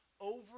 Over